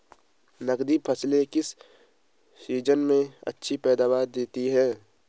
नकदी फसलें किस सीजन में अच्छी पैदावार देतीं हैं?